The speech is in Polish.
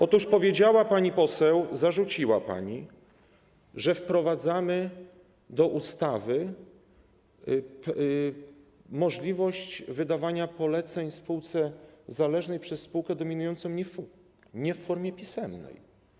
Otóż pani poseł powiedziała, zarzuciła pani, że wprowadzamy do ustawy możliwość wydawania poleceń spółce zależnej przez spółkę dominującą nie w formie pisemnej.